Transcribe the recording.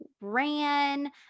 ran